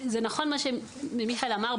זה נכון מה שמיכאל אמר,